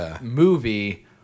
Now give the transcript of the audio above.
movie